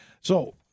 So-